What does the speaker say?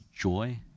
joy